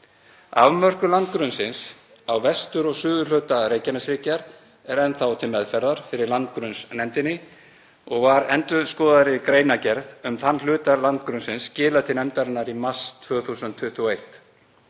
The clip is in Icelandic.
Afmörkun landgrunnsins á vestur- og suðurhluta Reykjaneshryggjar er enn þá til meðferðar fyrir landgrunnsnefndinni og var endurskoðaðri greinargerð um þann hluta landgrunnsins skilað til nefndarinnar í mars 2021.